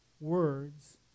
words